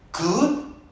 good